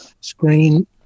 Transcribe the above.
screen